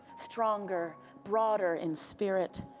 stronger, broader in spirit.